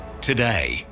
Today